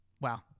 Wow